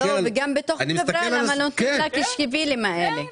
וגם בתוך החברה, למה נותנים לפשקווילים האלה.